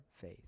faith